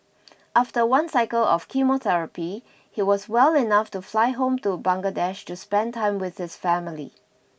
after one cycle of chemotherapy he was well enough to fly home to Bangladesh to spend time with his family